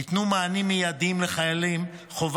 ניתנו מענים מיידים לחיילים, חובה,